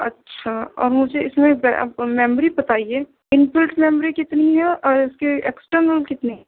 اچھا اور مجھے اِس میں میموری بتائیے ان پٹ میموری کتنی ہے اور اِس کے ایکسٹرنل کتنی